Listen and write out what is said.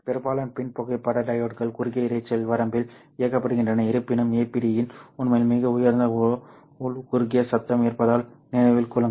பெரும்பாலான PIN புகைப்பட டையோட்கள் குறுகிய இரைச்சல் வரம்பில் இயக்கப்படுகின்றன இருப்பினும் APD இன் உண்மையில் மிக உயர்ந்த உள் குறுகிய சத்தம் இருப்பதால் நினைவில் கொள்ளுங்கள்